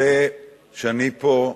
שזה שאני פה,